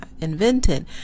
invented